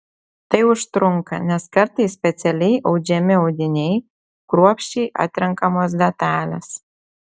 tai užtrunka nes kartais specialiai audžiami audiniai kruopščiai atrenkamos detalės